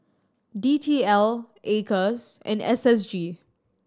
D T L Acres and S S G